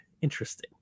interesting